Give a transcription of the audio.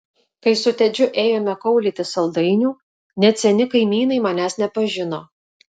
kai su tedžiu ėjome kaulyti saldainių net seni kaimynai manęs nepažino